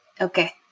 okay